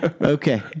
Okay